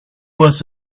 was